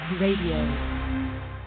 radio